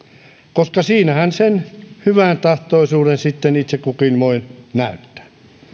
koska siinähän sen hyväntahtoisuuden sitten itse kukin voi näyttää